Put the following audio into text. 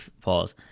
pause